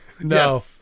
No